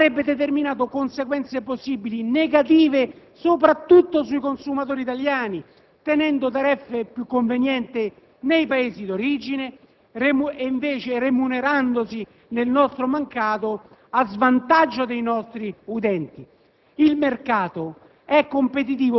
La colonizzazione straniera avrebbe determinato conseguenze possibili negative sopratutto sui consumatori italiani, tenendo tariffe più convenienti nei Paesi d'origine ed invece remunerandosi nel nostro mercato a svantaggio dei nostri utenti.